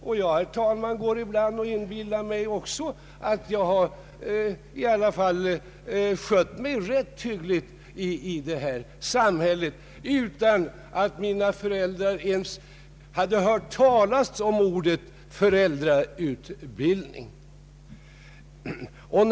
Även jag, herr talman, inbillar mig ibland att jag i alla fall har skött mig rätt hyggligt i detta samhälle, fastän mina föräldrar inte ens hade hört talas om ordet föräldrautbildning.